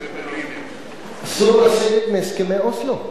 אסור לסגת מהסכמי אוסלו?